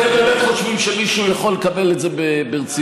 אתם באמת חושבים שמישהו יכול לקבל את זה ברצינות?